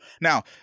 Now